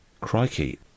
Crikey